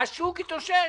השוק התאושש.